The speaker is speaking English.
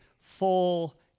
full